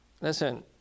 Listen